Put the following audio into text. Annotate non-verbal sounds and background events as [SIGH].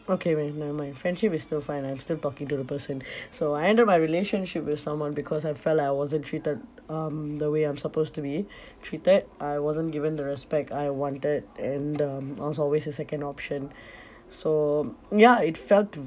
okay man never mind friendship is still fine I'm still talking to the person [BREATH] so I ended my relationship with someone because I felt like I wasn't treated um the way I'm supposed to be [BREATH] treated I wasn't given the respect I wanted and um I was always the second option [BREATH] so mm ya it felt